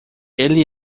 ele